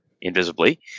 Invisibly